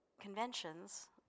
conventions